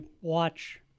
watch